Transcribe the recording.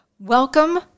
Welcome